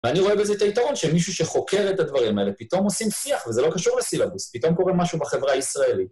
ואני רואה בזה את היתרון, שמישהו שחוקר את הדברים האלה פתאום עושים שיח, וזה לא קשור לסילבוס, פתאום קורה משהו בחברה הישראלית.